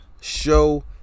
show